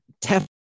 teff